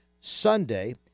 Sunday